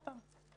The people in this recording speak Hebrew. שכחו אותם.